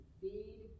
feed